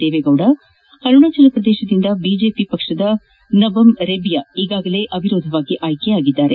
ದೇವೇಗೌಡ ಅರುಣಾಚಲಪ್ರದೇಶದಿಂದ ಬಿಜೆಪಿ ಪಕ್ಷದ ನಬಮ್ ರೆಬಿಯಾ ಈಗಾಗಲೇ ಅವಿರೋಧ ಆಯ್ಕೆಯಾಗಿದ್ದಾರೆ